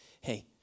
Hey